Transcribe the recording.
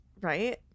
Right